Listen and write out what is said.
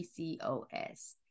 PCOS